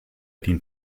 dient